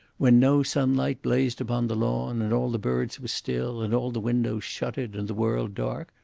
when no sunlight blazed upon the lawn, and all the birds were still, and all the windows shuttered and the world dark,